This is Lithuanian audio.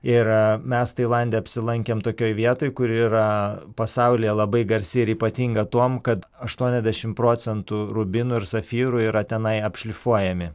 ir mes tailande apsilankėm tokioj vietoj kur yra pasaulyje labai garsi ir ypatinga tuom kad aštuoniasdešim procentų rubinų ir safyrų yra tenai apšlifuojami